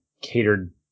catered